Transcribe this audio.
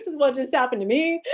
what just happened to me,